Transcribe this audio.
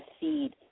seed